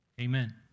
Amen